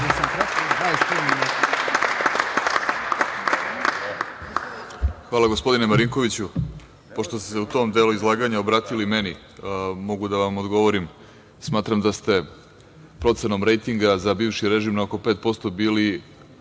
Hvala, gospodine Marinkoviću. Pošto ste se u svom delu izlaganja obratili meni, mogu da vam odgovorim. Smatram da ste procenom rejtinga za bivši režim na oko 5% bili